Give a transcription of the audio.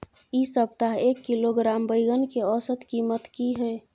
इ सप्ताह एक किलोग्राम बैंगन के औसत कीमत की हय?